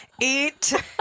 Eat